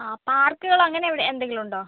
ആ പാർക്കുകളങ്ങനെ അവിടെ എന്തെങ്കിലുമുണ്ടോ